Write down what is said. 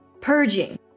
purging